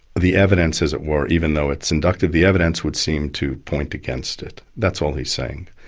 the evidence, as it were, even though it's inductive, the evidence would seem to point against it. that's all he's saying.